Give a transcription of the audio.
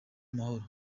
amahoro